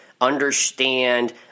understand